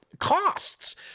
costs